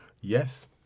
yes